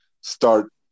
start